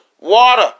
water